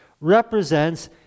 represents